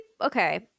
okay